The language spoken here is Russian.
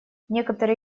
некоторые